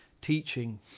teaching